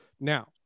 Now